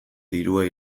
dirua